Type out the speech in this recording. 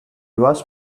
vast